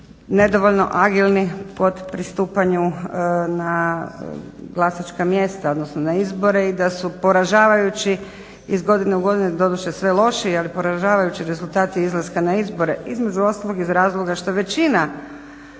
nedovoljno agilni kod pristupanja na vlasnička mjesta odnosno na izbore i da su poražavajući iz godine u godinu doduše sve lošiji ali poražavajući rezultati izlaska na izbore između ostalog iz razloga što većina